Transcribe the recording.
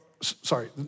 sorry